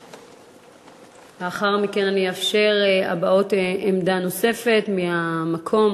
לאחר מכן אני אאפשר הבעות עמדה נוספת מהמקום